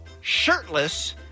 shirtless